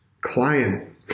client